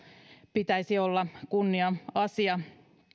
pitäisi olla kunnia asia